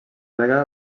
belga